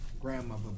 Grandmother